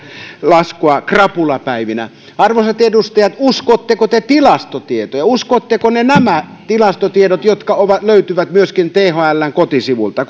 laskua krapulapäivinä arvoisat edustajat uskotteko te tilastotietoja uskotteko te näitä tilastotietoja jotka löytyvät myöskin thln kotisivuilta